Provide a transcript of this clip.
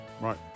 Right